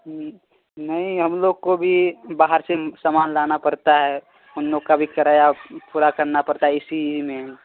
ہوں نہیں ہم لوگ کو بھی باہر سے سامان لانا پرتا ہے ان لوگ کا بھی کرایہ پورا کرنا پڑتا ہے اسی میں ہی